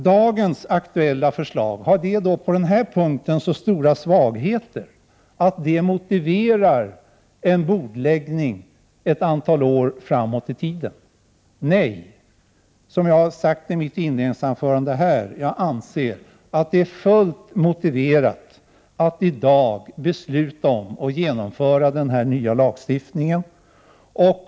Har då det aktuella förslaget på den punkten så stora svagheter att det motiverar en bordläggning ett antal år framåt i tiden? Nej! Som jag sagt i mitt anförande anser jag att det är fullt motiverat att i dag fatta beslut om ett genomförande av den nya lagstiftningen.